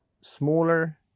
smaller